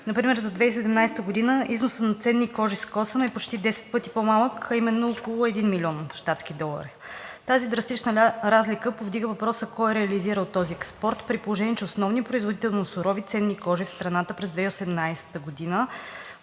Например за 2017 г. износът на ценни кожи с косъм е почти 10 пъти по-малък, а именно около 1 млн. щатски долара. Тази драстична разлика повдига въпроса: кой е реализирал този експорт, при положение че основният производител на сурови ценни кожи в страната през 2018 г.